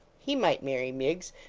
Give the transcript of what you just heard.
he might marry miggs,